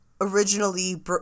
originally